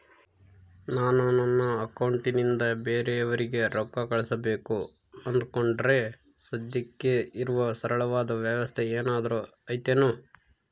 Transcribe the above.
ನಾನು ನನ್ನ ಅಕೌಂಟನಿಂದ ಬೇರೆಯವರಿಗೆ ರೊಕ್ಕ ಕಳುಸಬೇಕು ಅಂದುಕೊಂಡರೆ ಸದ್ಯಕ್ಕೆ ಇರುವ ಸರಳವಾದ ವ್ಯವಸ್ಥೆ ಏನಾದರೂ ಐತೇನು?